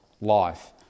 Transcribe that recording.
life